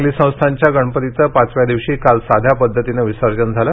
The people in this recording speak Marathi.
सांगली संस्थानच्या गणपतीचे पाचव्या दिवशी काल साध्या पद्धतीने विसर्जन करण्यात आले